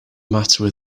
matter